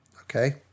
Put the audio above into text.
Okay